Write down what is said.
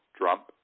Trump